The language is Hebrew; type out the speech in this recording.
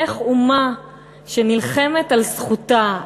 איך אומה שנלחמת על זכותה,